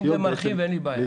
אם זה מרחיב, אין לי בעיה.